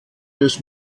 des